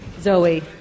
Zoe